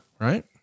Right